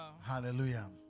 Hallelujah